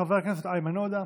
חבר הכנסת איימן עודה,